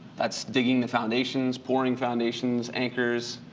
that's digging the foundations, pouring foundations, anchors,